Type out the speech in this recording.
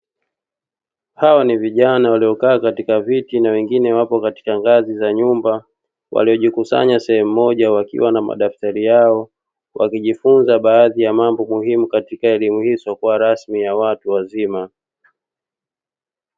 Hawa ni vijana waliokaa katika viti na wengine wapo katika ngazi za nyumba waliojikusanya sehemu moja wakiwa na madaftari yao wakijifunza baadhi ya mambo muhimu katika elimu hizo kwa rasmi ya watu wazima.